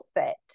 outfit